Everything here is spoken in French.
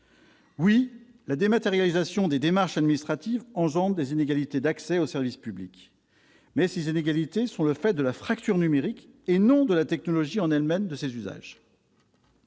oui, la dématérialisation des démarches administratives crée des inégalités d'accès aux services publics, mais ces inégalités sont le fait de la fracture numérique et non de la technologie en elle-même. Oui, il est